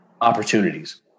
opportunities